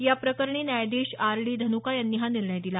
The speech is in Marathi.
याप्रकरणी न्यायाधीश आर डी धन्का यांनी हा निर्णय दिला